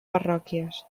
parròquies